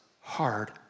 hard